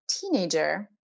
teenager